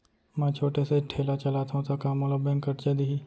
मैं छोटे से ठेला चलाथव त का मोला बैंक करजा दिही?